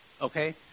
okay